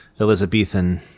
Elizabethan